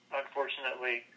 unfortunately